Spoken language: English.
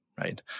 right